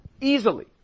Easily